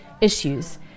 issues